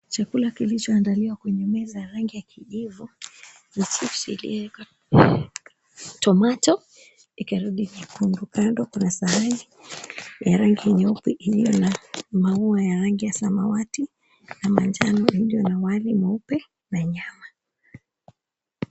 chakula kilicho andaliwa kwenye meza ya rangi ya kijivu ,na chipsi iliyoekwa tomato ikarudi nyekundu na sahani ya rangi nyeupe iliyo na mauwa ya rangi ya samawati na manjano iliyo na wali mweupe na nyama.